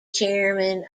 chairman